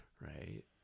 right